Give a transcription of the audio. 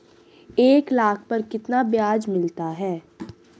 एक लाख पर कितना ब्याज मिलता है?